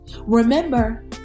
Remember